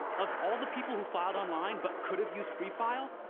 of all the people who filed online but could have used free file,